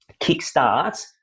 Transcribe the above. kickstart